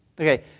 Okay